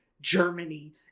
Germany